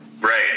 Right